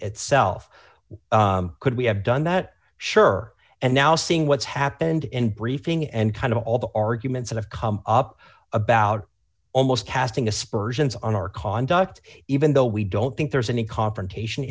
itself could we have done that sure and now seeing what's happened in briefing and kind of all the arguments that have come up about almost casting aspersions on our conduct even though we don't think there's any confrontation